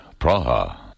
Praha